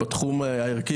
בתחום הערכי,